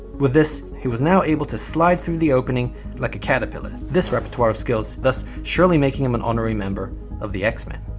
with this he was now able to slide through the opening like a caterpillar. this repertoire of skills thus surely making him an honorary member of the x-men.